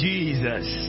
Jesus